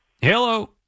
Hello